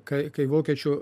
kai kai vokiečių